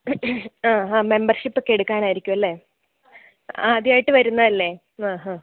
ആ ഹാ മെമ്പർഷിപ്പൊക്കെ എടുക്കാനായിരിക്കും അല്ലേ ആദ്യമായിട്ട് വരുന്നതല്ലേ ങാ ഹാ